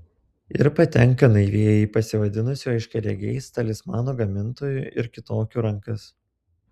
ir patenka naivieji į pasivadinusių aiškiaregiais talismanų gamintojų ir kitokių rankas